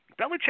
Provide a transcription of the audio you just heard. Belichick